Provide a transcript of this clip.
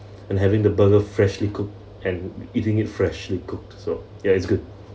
and having the burger freshly cooked and eating it freshly cooked so ya it's good